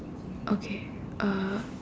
okay uh